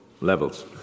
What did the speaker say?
levels